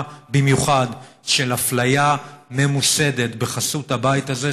במיוחד של אפליה ממוסדת בחסות הבית הזה,